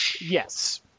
Yes